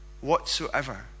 whatsoever